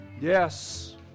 yes